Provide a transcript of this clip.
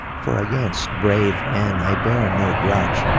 for against brave men i bear no grudge,